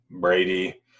brady